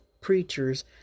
preachers